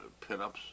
pinups